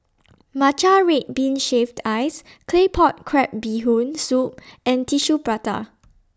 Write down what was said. Matcha Red Bean Shaved Ice Claypot Crab Bee Hoon Soup and Tissue Prata